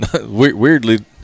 weirdly